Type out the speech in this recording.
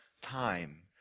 time